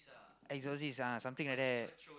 exorcist ah something like that